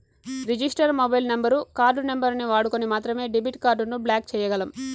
register mobile number, card నంబరుని వాడుకొని మాత్రమే డెబిట్ కార్డుని బ్లాక్ చేయ్యగలం